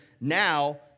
now